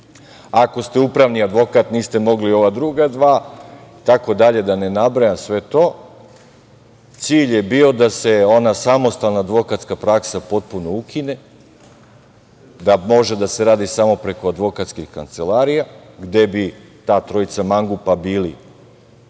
ako ste upravni advokat, niste mogli ova druga dva i tako dalje, da ne nabrajam sve to. Cilj je bio da se ona samostalna advokatska praksa potpuno ukine, da može da se radi samo preko advokatskih kancelarija, gde bi ta trojica mangupa bili vlasnici